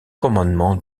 commandement